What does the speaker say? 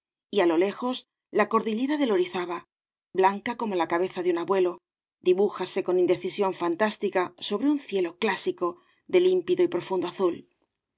y á lo lejos la cordillera del orizaba blanca como la cabeza de un abuelo dibújase con indecisión fantástica sobre un cielo clásico de límpido y profundo azul